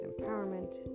empowerment